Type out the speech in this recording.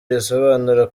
risobanura